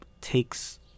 takes